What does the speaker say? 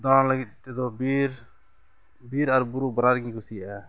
ᱫᱟᱬᱟᱱ ᱞᱟᱹᱜᱤᱫ ᱛᱮᱫᱚ ᱵᱤᱨ ᱵᱤᱨ ᱟᱨ ᱵᱩᱨᱩ ᱵᱟᱱᱟᱨ ᱜᱤᱧ ᱠᱩᱥᱤᱭᱟᱜᱼᱟ